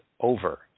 over